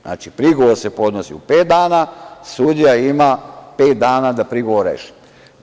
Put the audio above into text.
Znači, prigovor se podnosi u pet dana, sudija ima pet dana da prigovore reši.